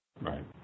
Right